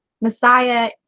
Messiah